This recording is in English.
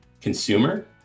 consumer